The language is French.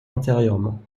antérieurement